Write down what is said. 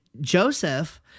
joseph